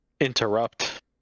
interrupt